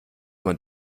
man